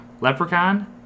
Leprechaun